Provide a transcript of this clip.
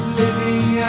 living